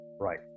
Right